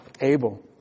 Abel